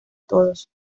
todos